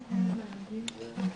היו"ר,